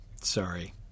sorry